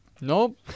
Nope